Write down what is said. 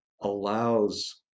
allows